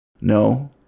No